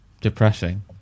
depressing